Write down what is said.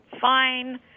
fine